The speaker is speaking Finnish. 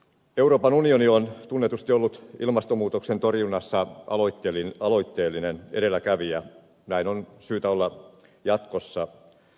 euroopan unioni on tunnetusti ollut ilmastonmuutoksen torjunnassa aloitteellinen edelläkävijä näin on syytä olla jatkossa